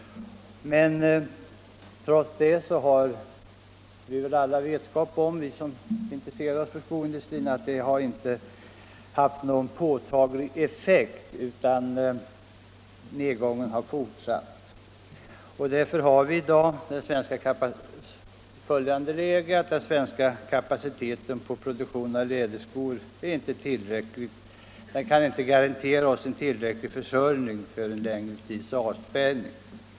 Men alla vi som intresserar oss för skoindustrin vet att detta inte haft någon påtaglig effekt, utan nedgången har fortsatt. Därför är i dag den svenska kapaciteten i fråga om produktion av läderskor inte tillräcklig. Den kan inte garantera oss en tillräcklig försörjning under en längre tids avspärrning.